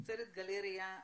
אוצרת גלריה.